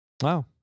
Wow